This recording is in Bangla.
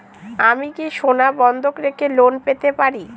আমি কি সোনা বন্ধক রেখে লোন পেতে পারি?